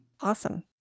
Awesome